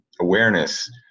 awareness